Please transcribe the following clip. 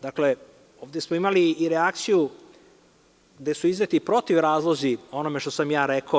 Dakle, ovde smo imali i reakciju gde su izneti protiv razlozi o onome što sam ja rekao.